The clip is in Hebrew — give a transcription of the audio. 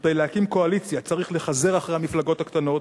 כדי להקים קואליציה צריך לחזר אחרי המפלגות הקטנות,